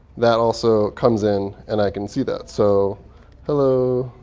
that also comes in. and i can see that. so hello,